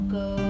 go